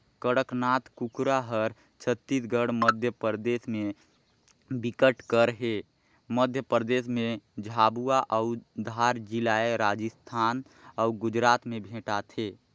कड़कनाथ कुकरा हर छत्तीसगढ़, मध्यपरदेस में बिकट कर हे, मध्य परदेस में झाबुआ अउ धार जिलाए राजस्थान अउ गुजरात में भेंटाथे